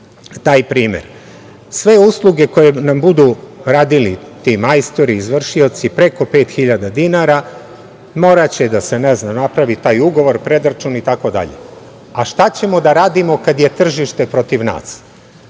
taj primer, sve usluge koje nam budu radili ti majstori, izvršioci i preko 5000 dinara, moraće da se napravi taj ugovor, predračun, itd. Šta ćemo da radimo kada je tržište protiv nas?